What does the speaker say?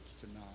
tonight